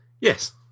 Yes